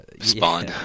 spawn